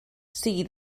sigui